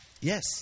Yes